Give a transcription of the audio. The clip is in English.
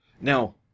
Now